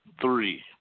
Three